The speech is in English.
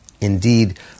Indeed